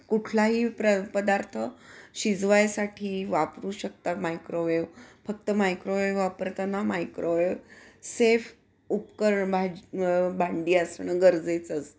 कुठलाही प्र पदार्थ शिजवायसाठी वापरू शकता मायक्रोवेव फक्त मायक्रोवेव्ह वापरताना मायक्रोवेव सेफ उपकरण भाज भांडी असणं गरजेचं असतं